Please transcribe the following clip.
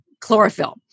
chlorophyll